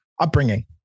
upbringing